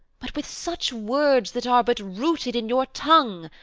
but with such words that are but rooted in your tongue,